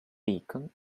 beacon